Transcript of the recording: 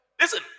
Listen